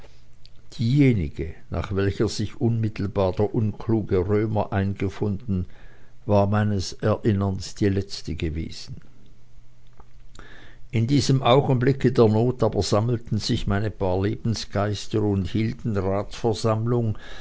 diejenige nach welcher sich unmittelbar der unkluge römer eingefunden war meines erinnerns die letzte gewesen in diesem augenblicke der not aber sammelten sich meine paar lebensgeister und hielten ratsversammlung